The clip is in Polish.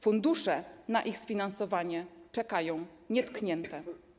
Fundusze na ich sfinansowanie czekają nietknięte.